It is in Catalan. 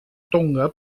tonga